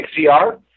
XCR